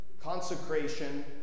consecration